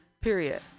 period